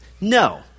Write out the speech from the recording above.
No